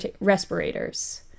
respirators